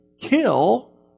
kill